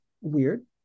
weird